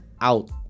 out